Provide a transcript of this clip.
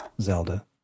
Zelda